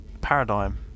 Paradigm